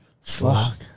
Fuck